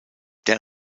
der